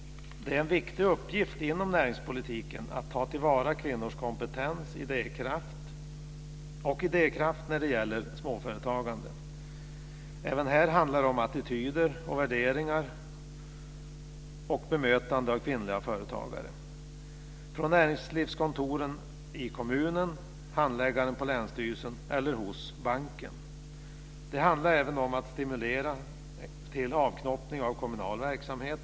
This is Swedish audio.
Det är en viktig uppgift inom näringspolitiken att ta till vara kvinnors kompetens och idékraft när det gäller småföretagande. Även här handlar det om attityder och värderingar och om det bemötande som kvinnliga företagare får från näringslivskontoren i kommunen, från handläggaren på länsstyrelsen eller från banken. Det handlar även om att stimulera till avknoppning av kommunal verksamhet.